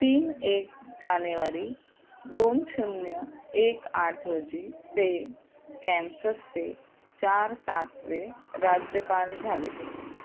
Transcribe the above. तीन एक जानेवारी दोन शून्य एक आठ रोजी ते कॅन्ससचे चार सातवे राज्यपाल झाले